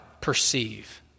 perceive